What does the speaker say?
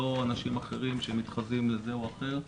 לא אנשים אחרים שמתחזים לזה או אחר.